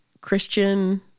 Christian